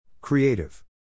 Creative